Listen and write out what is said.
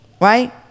right